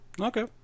okay